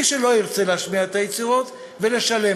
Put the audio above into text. מי שלא ירצה להשמיע את היצירות ולשלם